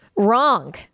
wrong